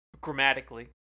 Grammatically